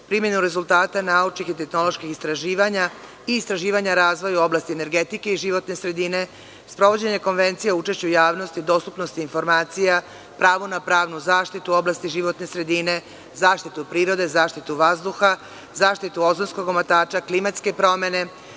primenu rezultata naučnih i tehnoloških istraživanja i istraživanja razvoja u oblasti energetike i životne sredine, sprovođenje Konvencija o učešću u javnosti i dostupnosti informacija, pravo na pravnu zaštitu u oblasti životne sredine, zaštitu prirode, zaštitu vazduha, zaštitu ozonskog omotača, klimatske promene,